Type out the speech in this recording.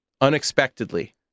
unexpectedly